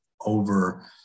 over